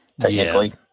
Technically